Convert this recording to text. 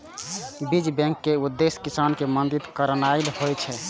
बीज बैंक केर उद्देश्य किसान कें मदति करनाइ होइ छै